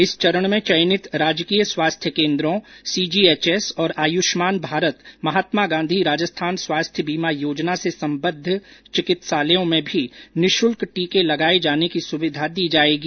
इस चरण में चयनित राजकीय स्वास्थ्य केन्द्रों सीजीएचएस और आयुष्मान भारत महात्मा गांधी राजस्थान स्वास्थ्य बीमा योजना से सम्बद्द चिकित्सालयों में भी निःशुल्क टीके लगाये जाने की सुविधा दी जायेगी